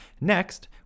next